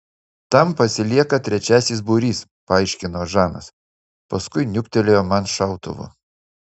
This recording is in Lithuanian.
tam pasilieka trečiasis būrys paaiškino žanas paskui niuktelėjo man šautuvu